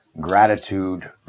gratitude